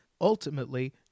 Ultimately